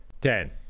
ten